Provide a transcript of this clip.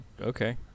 Okay